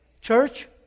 Church